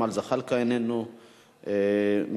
אם יהיו כאן, ידברו.